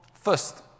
first